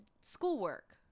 schoolwork